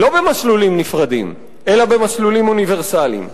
לא במסלולים נפרדים, אלא במסלולים אוניברסליים.